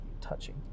touching